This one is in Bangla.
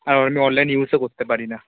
আর আমি অনলাইন ইউসও করতে পারি না